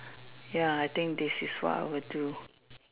ya I think this is what I would do